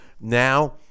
now